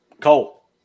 Cole